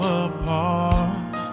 apart